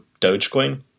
Dogecoin